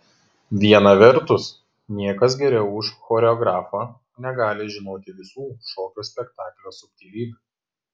viena vertus niekas geriau už choreografą negali žinoti visų šokio spektaklio subtilybių